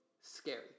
Scary